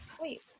Wait